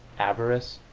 avarice,